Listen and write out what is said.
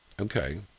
okay